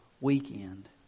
weekend